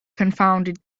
confounded